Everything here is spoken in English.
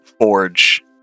forge